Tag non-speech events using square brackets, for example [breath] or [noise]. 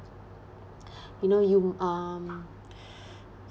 [breath] you know you um [breath]